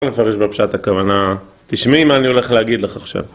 מפרש בפשט הכוונה, תשמעי מה אני הולך להגיד לך עכשיו